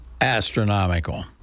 astronomical